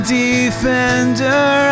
defender